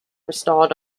restored